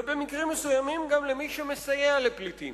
ובמקרים מסוימים גם למי שמסייע לפליטים.